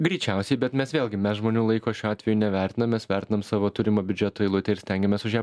greičiausiai bet mes vėlgi mes žmonių laiko šiuo atveju nevertinam mes vertinam savo turimo biudžeto eilutę ir stengiamės už ją